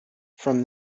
from